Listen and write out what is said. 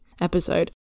episode